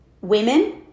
women